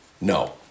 No